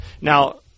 Now